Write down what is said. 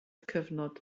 cyfnod